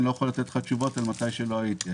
אני לא יכול לתת לך תשובות על מתי שלא הייתי.